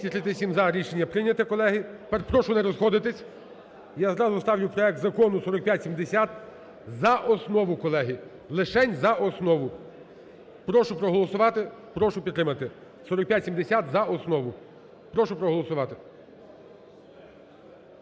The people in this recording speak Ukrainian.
За-237 Рішення прийнято, колеги. Тепер прошу не розходитись. Я зразу ставлю проект Закону 4570 за основу. Колеги, лишень за основу. Прошу проголосувати, прошу підтримати 4570 за основу. Прошу проголосувати.